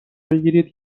بگیرید